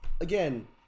again